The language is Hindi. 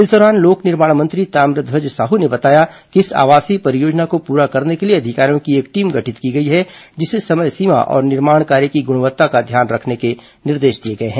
इस दौरान लोक निर्माण मंत्री ताम्रध्वज साहू ने बताया कि इस आवासीय परियोजना को पूरा करने के लिए अधिकारियों की एक टीम गठित की गई है जिसे समय सीमा और निर्माण कार्य की गुणवत्ता का ध्यान रखने के निर्देश दिए गए हैं